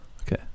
Okay